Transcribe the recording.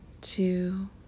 two